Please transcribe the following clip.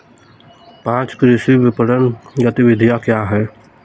पाँच कृषि विपणन गतिविधियाँ क्या हैं?